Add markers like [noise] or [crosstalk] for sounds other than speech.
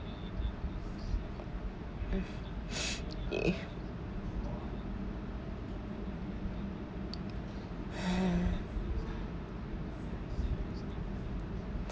[noise] [noise] [noise] [noise]